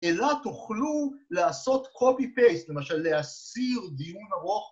אלא תוכלו לעשות קופי פייסט, למשל להסיר דיון ארוך.